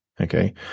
Okay